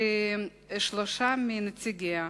ושלושה מנציגיה,